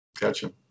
Gotcha